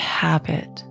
habit